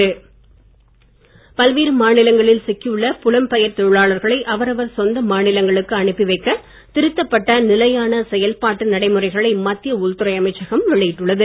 உள்துறை உத்தரவு பல்வேறு மாநிலங்களில் சிக்கி உள்ள பெயர் புலம் தொழிலாளர்களை அவரவர் சொந்த மாநிலங்களுக்கு அனுப்பி வைக்க திருத்தப்பட்ட நிலையான செயல்பாட்டு நடைமுறைகளை மத்திய உள்துறை அமைச்சகம் வெளியிட்டுள்ளது